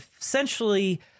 essentially